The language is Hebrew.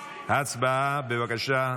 הצבעה, בבקשה.